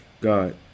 God